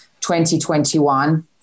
2021